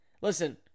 Listen